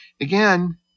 again